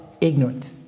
ignorant